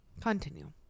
continue